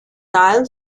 vinyl